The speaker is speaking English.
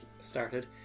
started